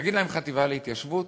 תגיד להם חטיבה להתיישבות,